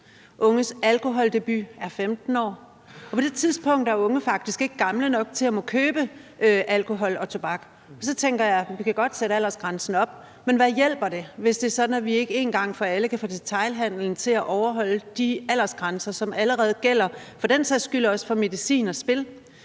unges alkoholdebut er 15 år, og på det tidspunkt er unge faktisk ikke gamle nok til at måtte købe alkohol og tobak. Så tænker jeg: Vi kan godt sætte aldersgrænsen op, men hvad hjælper det, hvis det er sådan, at vi ikke én gang for alle kan få detailhandelen til at overholde de aldersgrænser, som allerede gælder – for den sags skyld også for medicin og spil?